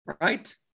right